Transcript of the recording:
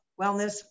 Wellness